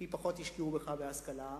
כי השקיעו פחות בהשכלה שלך,